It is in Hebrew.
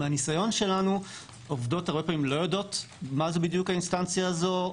מהניסיון שלנו עובדות הרבה פעמים לא יודעות מה זו בדיוק האינסטנציה הזו.